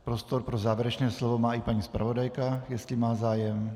Prostor pro závěrečné slovo má i paní zpravodajka, jestli má zájem.